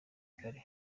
kare